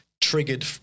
triggered